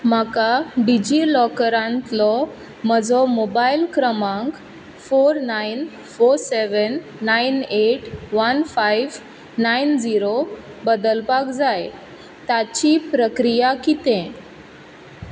म्हाका डिजिलॉकरांतलो म्हजो मोबायल क्रमांक four nine four seven nine eight one five nine zero बदलपाक जाय ताची प्रक्रिया कितें